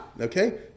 Okay